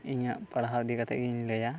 ᱤᱧᱟᱹᱜ ᱯᱟᱲᱦᱟᱣ ᱤᱫᱤ ᱠᱟᱛᱮ ᱜᱮᱧ ᱞᱟᱹᱭᱟ